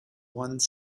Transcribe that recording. one